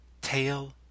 tail